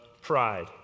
pride